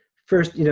first, you know